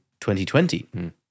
2020